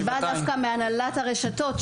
אז זה בא דווקא מהנהלת הרשתות,